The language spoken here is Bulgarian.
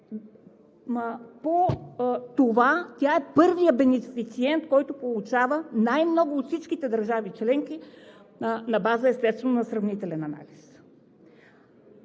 това тя е първият бенефициент, който получава най-много от всичките държави членки, на база, естествено, на сравнителен анализ.